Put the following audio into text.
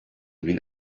bin